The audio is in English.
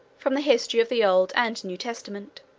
from the history of the old and new testament.